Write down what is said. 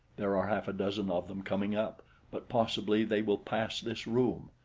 there are half a dozen of them coming up but possibly they will pass this room.